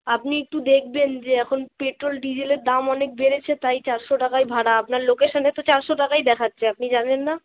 আপনি ইকটু দেকবেন যে এখন পেট্রোল ডিজেলের দাম অনেক বেড়েছে তাই চাসশো টাকাই ভাড়া আপনার লোকেশনে তো চারশো টাকাই দেখাচ্ছে আপনি জানেন না